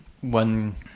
one